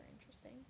interesting